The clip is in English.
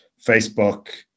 Facebook